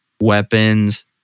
weapons